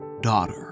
Daughter